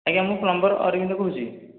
ଆଜ୍ଞା ମୁଁ ପ୍ଲମ୍ବର୍ ଅରବିନ୍ଦ କହୁଛି